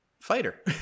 fighter